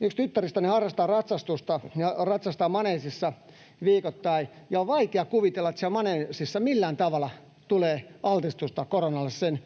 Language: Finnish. Yksi tyttäristäni harrastaa ratsastusta ja ratsastaa maneesissa viikoittain, ja on vaikea kuvitella, että siellä maneesissa millään tavalla tulee altistusta koronalle sen